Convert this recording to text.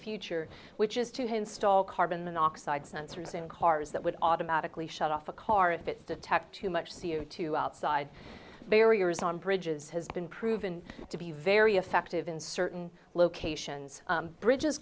future which is to his stall carbon monoxide sensors in cars that would automatically shut off a car if it detect too much c o two outside barriers on bridges has been proven to be very effective in certain locations bridges